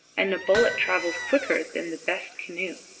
and a bullet travels quicker than the best canoe.